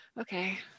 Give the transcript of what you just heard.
okay